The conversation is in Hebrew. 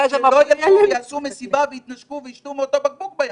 שלא יגיעו ויעשו מסיבה ויתנשקו וישתו מאותו בקבוק בים,